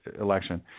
election